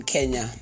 Kenya